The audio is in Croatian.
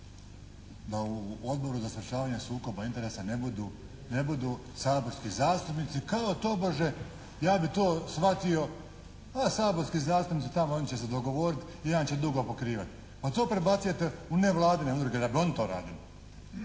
da u odboru za sprječavanje sukoba interesa ne budu saborski zastupnici, kao tobože ja bih to shvatio a saborski zastupnici tamo, oni će se dogovoriti, jedan će drugoga prekrivati pa to prebacujete u nevladine udruge neka oni to rade.